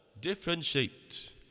differentiate